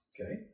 Okay